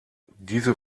diese